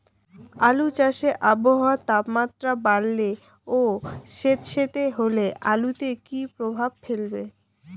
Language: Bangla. আলু চাষে আবহাওয়ার তাপমাত্রা বাড়লে ও সেতসেতে হলে আলুতে কী প্রভাব ফেলবে?